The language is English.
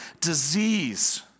disease